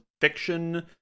fiction